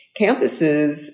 campuses